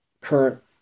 current